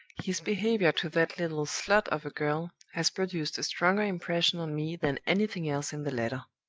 his behavior to that little slut of a girl has produced a stronger impression on me than anything else in the letter.